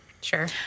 Sure